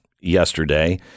yesterday